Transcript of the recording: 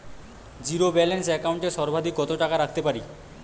Zero balance account এ সর্বাধিক কত টাকা রাখতে পারি?